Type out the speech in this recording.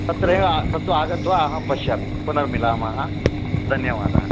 तत्रैव तत्तु आगत्य अहं पश्यामि पुनर्मिलामः धन्यवादाः